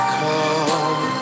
come